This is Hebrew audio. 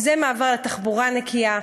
וזה מעבר לתחבורה נקייה,